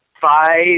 five